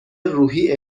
روحی